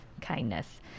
kindness